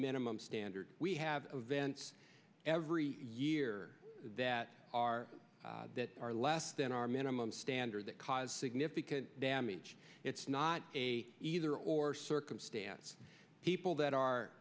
minimum standard we have vents every year that are that are less than our minimum standard that caused significant damage it's not a either or circumstance people that are